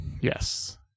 Yes